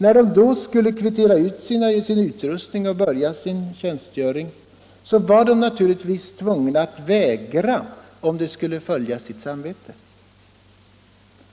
När de skulle kvittera ut sin utrustning och börja sin tjänstgöring var de naturligtvis tvungna att vägra om de skulle följa sitt samvete.